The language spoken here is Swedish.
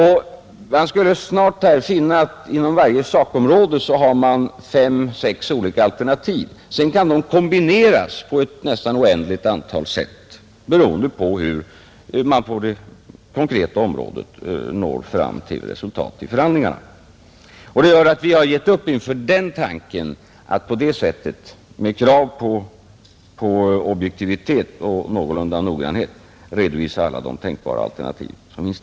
Här skulle man snart finna att inom varje sakområde har man fem å sex olika alternativ. Sedan kan de kombineras på ett nästan oändligt antal sätt, beroende på hur man på det konkreta området når fram till resultat vid förhandlingarna. Det gör att vi har givit upp inför tanken att på det sättet, med krav på objektivitet och någorlunda noggrannhet, redovisa alla de tänkbara alternativ som finns.